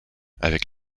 avec